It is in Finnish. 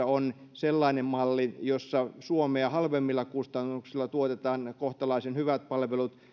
on sellainen malli jossa suomea halvemmilla kustannuksilla tuotetaan kohtalaisen hyvät palvelut